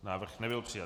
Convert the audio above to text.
Návrh nebyl přijat.